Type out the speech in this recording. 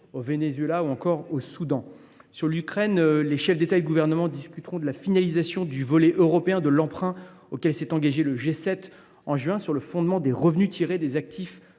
au Venezuela et au Soudan. Sur l’Ukraine, les chefs d’État et de gouvernement discuteront de la finalisation du volet européen de l’emprunt auquel s’est engagé le G7 en juin sur le fondement des revenus tirés des actifs